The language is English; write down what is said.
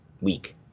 week